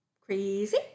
Crazy